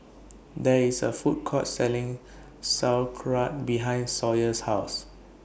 There IS A Food Court Selling Sauerkraut behind Sawyer's House